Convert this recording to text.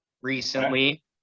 recently